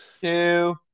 two